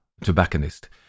tobacconist